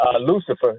Lucifer